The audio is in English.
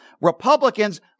Republicans